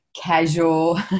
Casual